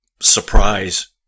surprise